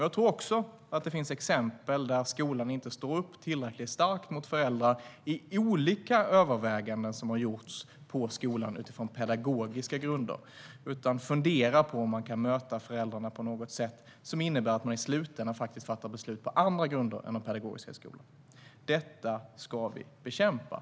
Jag tror att det också finns exempel där skolan inte står upp tillräckligt starkt mot föräldrar i olika överväganden som görs på skolan utifrån pedagogiska grunder. Man funderar på om man på något sätt kan möta föräldrarna som i slutändan innebär att man fattar beslut på andra grunder än pedagogiska grunder. Detta ska vi bekämpa.